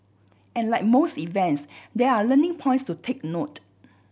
and like most events there are learning points to take note